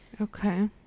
okay